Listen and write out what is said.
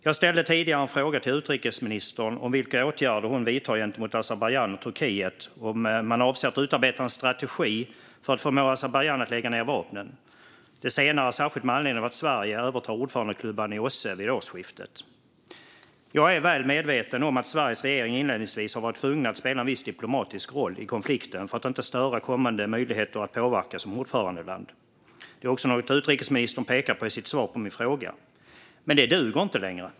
Jag har tidigare ställt frågor till utrikesministern om vilka åtgärder hon vidtar gentemot Azerbajdzjan och Turkiet och om man avser att utarbeta en strategi för att förmå Azerbajdzjan att lägga ned vapnen. Det senare frågade jag särskilt med anledning av att Sverige övertar ordförandeklubban i OSSE vid årsskiftet. Jag är väl medveten om att Sveriges regering inledningsvis har varit tvungen att spela en viss diplomatisk roll i konflikten för att inte störa kommande möjligheter att påverka som ordförandeland. Det är också något som utrikesministern pekar på i sitt svar på min fråga. Men det duger inte längre.